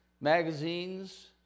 magazines